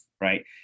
right